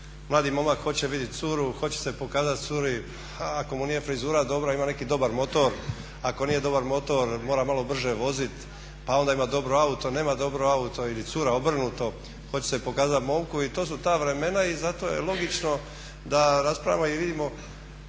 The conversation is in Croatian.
mladi momak hoće vidjeti curu, hoće se pokazati curi, a ako mu nije frizura dobra ima neki dobri motor, ako nije dobar motor mora malo brže voziti pa onda ima dobro auto, nema dobro auto ili cura, obrnuto, hoće se pokazati momku i to su ta vremena i zato je logično da raspravljamo i vidimo.